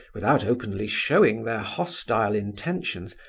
without openly showing their hostile intentions,